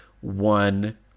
one